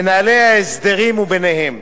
מנהלי ההסדרים וביניהם,